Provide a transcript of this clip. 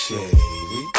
Shady